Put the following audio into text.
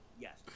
Yes